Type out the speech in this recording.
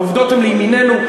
העובדות הן לימיננו,